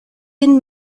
been